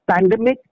pandemic